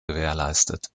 gewährleistet